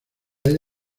haya